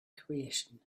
creation